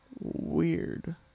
Weird